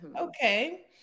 Okay